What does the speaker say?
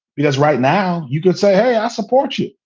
because right now you can say, hey, i support you,